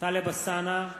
טלב אלסאנע,